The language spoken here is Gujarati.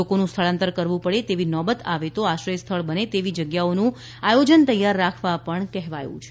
લોકોનું સ્થળાંતર કરવું પડે તેવી નોબત આવે તો આશ્રય સ્થળ બને તેવી જગ્યાઓનું આયોજન તૈયાર રાખવા પણ કહેવાયું છે